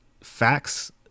facts